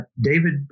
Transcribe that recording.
David